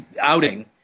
outing